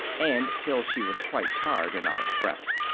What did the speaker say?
and till she was quite tired and out of breath.